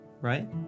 right